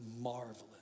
marvelous